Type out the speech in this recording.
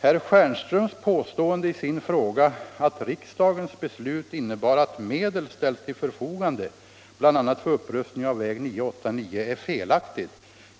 Herr Stjernströms påstående i sin fråga att riksdagens beslut innebar att medel ställts till förfogande bl.a. för upprustning av väg 989 är felaktigt.